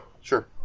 Sure